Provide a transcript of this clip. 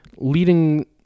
leading